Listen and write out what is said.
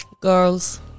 Girls